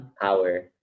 Power